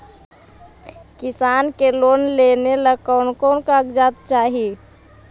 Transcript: किसान के लोन लेने ला कोन कोन कागजात चाही?